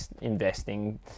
investing